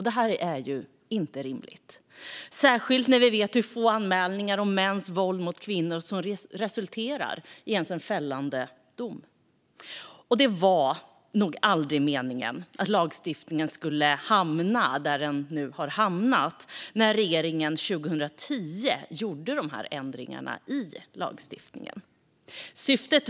Det här är ju inte rimligt, särskilt som vi vet hur få anmälningar om mäns våld mot kvinnor som resulterar i en fällande dom. Det var nog aldrig meningen att lagstiftningen skulle hamna där den nu har hamnat när regeringen gjorde dessa ändringar i lagstiftningen 2010.